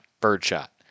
birdshot